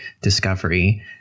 discovery